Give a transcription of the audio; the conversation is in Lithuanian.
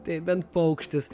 tai bent paukštis